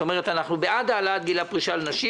זאת אומרת, אנחנו בעד העלאת גיל הפרישה לנשים.